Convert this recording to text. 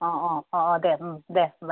अ अ दे बाय